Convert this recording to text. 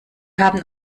haben